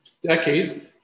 decades